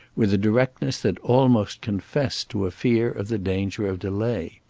with a directness that almost confessed to a fear of the danger of delay.